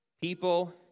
People